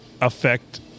affect